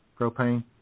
propane